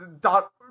Dot